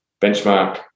benchmark